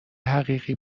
حقیقی